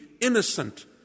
innocent